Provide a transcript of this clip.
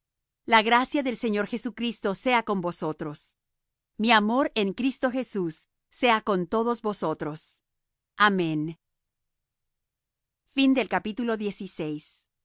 la gracia del señor jesucristo sea con vosotros mi amor en cristo jesús sea con todos vosotros amén